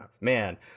Man